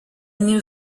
new